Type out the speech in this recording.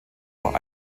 auch